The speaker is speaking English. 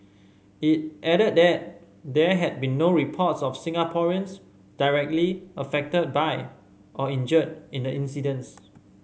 it added that there had been no reports of Singaporeans directly affected by or injured in the incidents